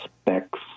specs